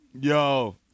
Yo